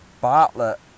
Bartlett